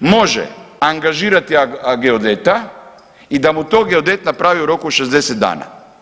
može angažirati geodeta i da mu to geodet napravi u roku 60 dana.